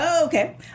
okay